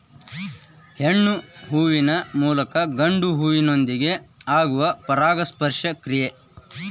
ಹೆಣ್ಣು ಹೂವಿನ ಮೂಲಕ ಗಂಡು ಹೂವಿನೊಂದಿಗೆ ಆಗುವ ಪರಾಗಸ್ಪರ್ಶ ಕ್ರಿಯೆ